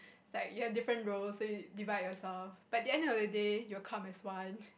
like you have a different roles so you divide yourself but at the end of the day you will come as one